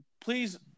please